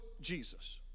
Jesus